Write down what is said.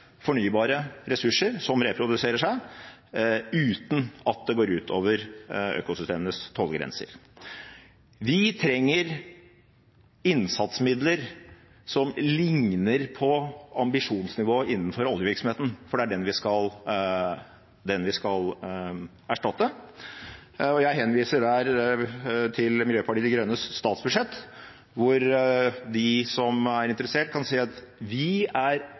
fornybare ressurser som reproduserer seg, uten at det går utover økosystemenes tålegrenser. Vi trenger innsatsmidler som likner på ambisjonsnivået innenfor oljevirksomheten, for det er den vi skal erstatte. Jeg henviser der til Miljøpartiet De Grønnes statsbudsjett, hvor de som er interessert, kan se at vi er